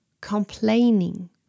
complaining